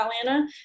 Atlanta